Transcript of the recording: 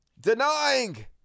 denying